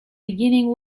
beginning